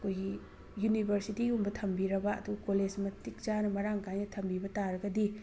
ꯑꯩꯈꯣꯏꯒꯤ ꯌꯨꯅꯤꯕꯔꯁꯤꯇꯤꯒꯨꯝꯕ ꯊꯝꯕꯤꯔꯕ ꯑꯗꯨꯒ ꯀꯣꯂꯦꯖ ꯃꯇꯤꯛ ꯆꯥꯅ ꯃꯔꯥꯡ ꯀꯥꯏꯅ ꯊꯝꯕꯤꯕ ꯇꯥꯔꯒꯗꯤ